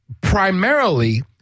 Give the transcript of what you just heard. primarily